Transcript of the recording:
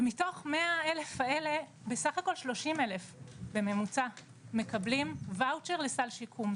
ומתוך מאה אלף האלה בסך הכול 30,000 בממוצע מקבלים ואוצ'ר לסל שיקום,